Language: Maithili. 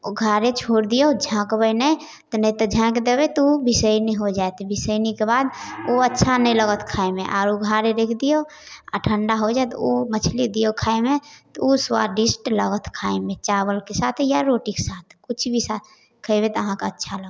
उघारे छोड़ि दिऔ झँकबै नहि नहि तऽ झाँकि देबै तऽ ओ बिसैनी हो जाएत बिसैनीके बाद ओ अच्छा नहि लगत खाइमे आओर उघारे रखि दिऔ आओर ठण्डा हो जाएत ओ मछली दिऔ खाइमे तऽ ओ स्वादिष्ट लगत खाइमे चावलके साथ या रोटीके साथ किछुभी साथ खेबै तऽ अहाँके अच्छा लगत